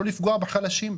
אז לא לפגוע בחלשים,